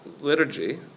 liturgy